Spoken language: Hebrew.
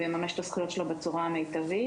והוא יממש את הזכויות שלו בצורה המיטבית.